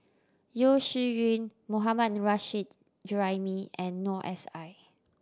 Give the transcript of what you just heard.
Yeo Shih Yun Mohammad Nurrasyid Juraimi and Noor S I